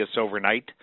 overnight